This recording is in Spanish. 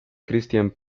cristián